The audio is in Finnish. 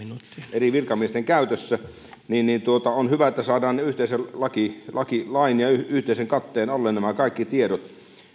eri virkamiesten käytössä niin niin että on hyvä että saadaan yhteisen lain ja yhteisen katteen alle nämä kaikki tiedot